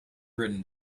written